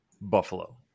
Buffalo